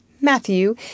Matthew